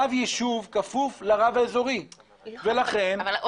רב יישוב כפוף לרב האזורי ולכן --- לא,